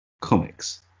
comics